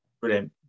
Brilliant